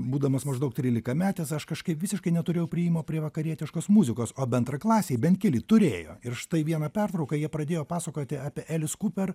būdamas maždaug trylikametis aš kažkaip visiškai neturėjau priėjimo prie vakarietiškos muzikos o bendraklasiai bent keli turėjo ir štai vieną pertrauką jie pradėjo pasakoti apie elis kuper